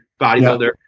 bodybuilder